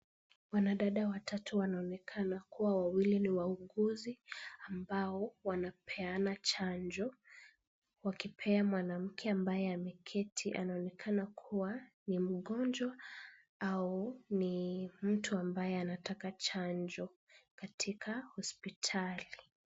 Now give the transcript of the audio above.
Wanadada watatu wanaoneka kuwa wawili ni wauguzi ambao wanapeana chanjo, wakipea mwanamke ambaye ameketi anaonekana kuwa ni mgonjwa au ni mtu ambaye anataka chanjo katika hospitali.